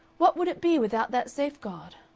what would it be without that safeguard?